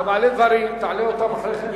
אתה מעלה דברים, תעלה אותם אחרי כן.